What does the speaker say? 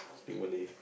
speak Malay